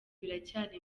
biracyari